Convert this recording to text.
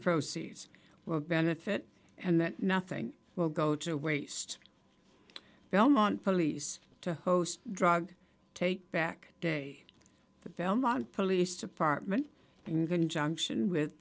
proceeds will benefit and that nothing will go to waste belmont police to host drug take back day the belmont police department in conjunction with